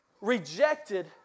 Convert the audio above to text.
rejected